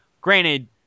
Granted